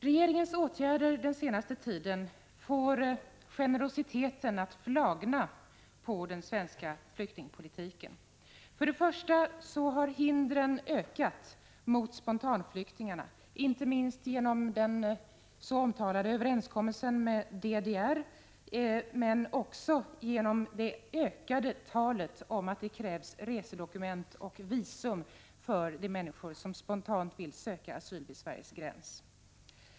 Regeringens åtgärder den senaste tiden får generositeten att flagna när det gäller den svenska flyktingpolitiken. För det första har hindren ökat mot spontanflyktingarna, inte minst genom den så omtalade överenskommelsen med DDR men också genom det ökade talet om att det skall krävas resedokument och visum för de människor som spontant vill söka asyl vid Sveriges gräns.